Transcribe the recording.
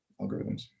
algorithms